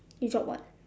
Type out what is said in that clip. you drop what